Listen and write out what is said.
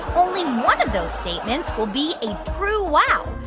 only one of those statements will be a true wow.